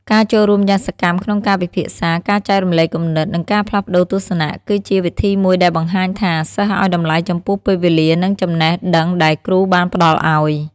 ការចូលរួមយ៉ាងសកម្មក្នុងការពិភាក្សា ការចែករំលែកគំនិត និងការផ្លាស់ប្តូរទស្សនៈ គឺជាវិធីមួយដែលបង្ហាញថា សិស្សឱ្យតម្លៃចំពោះពេលវេលា និងចំណេះដឹងដែលគ្រូបានផ្តល់ឱ្យ។